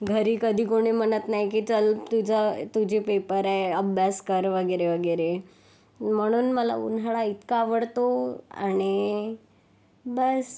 घरी कधी कोणी म्हणत नाही की चल तुझा तुझे पेपर आहे अभ्यास कर वगैरे वगैरे म्हणून मला उन्हाळा इतका आवडतो आणि बस